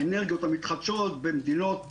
האנרגיות המתחדשות במדינות ערב,